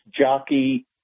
jockey